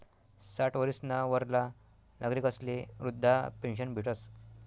साठ वरीसना वरला नागरिकस्ले वृदधा पेन्शन भेटस